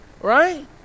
Right